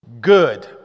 good